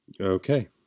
Okay